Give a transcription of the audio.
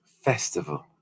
festival